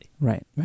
Right